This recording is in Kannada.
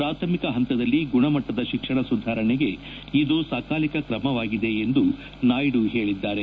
ಪ್ರಾಥಮಿಕ ಪಂತದಲ್ಲಿ ಗುಣಮಟ್ಟದ ಶಿಕ್ಷಣ ಸುಧಾರಣೆಗೆ ಇದು ಸಕಾಲಿಕ ಕ್ರಮವಾಗಿದೆ ಎಂದು ನಾಯ್ದು ಹೇಳಿದ್ದಾರೆ